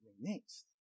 next